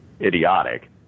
idiotic